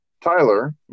Tyler